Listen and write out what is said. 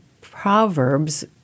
proverbs